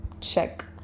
Check